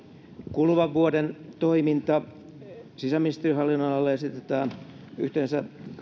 kuluvan vuoden toiminta sisäministeriön hallinnonalalle esitetään yhteensä